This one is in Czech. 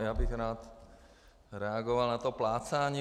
Já bych rád reagoval na to plácání.